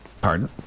Pardon